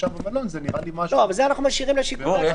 לשיקול דעת